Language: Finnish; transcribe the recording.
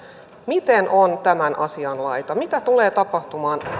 miten on tämän asian laita mitä tulee tapahtumaan